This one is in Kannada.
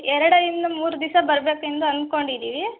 ಎರಡರಿಂದ ಮೂರು ದಿವ್ಸ ಬರಬೇಕೆಂದು ಅನ್ಕೊಂಡಿದ್ದೀವಿ